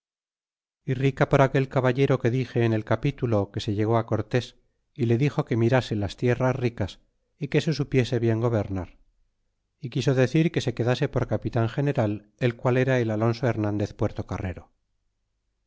é rica por aquel caballero que dixe en el capitulo que se llegó cortés y le dixo que mirase las tierras ricas y que se supiese bien gobernar é quiso decir que se quedase por capitan general el qual era el alonso hernandez